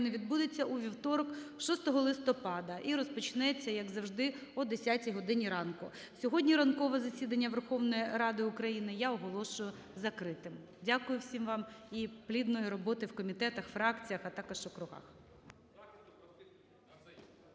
відбудеться у вівторок, 6 листопада, і розпочнеться, як завжди, о 10 годині ранку. Сьогодні ранкове засідання Верховної Ради України я оголошую закритим. Дякую всім вам. І плідної роботи в комітетах, фракціях, а також в округах.